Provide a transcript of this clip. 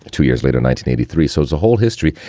two years later, nineteen eighty three. so it's a whole history.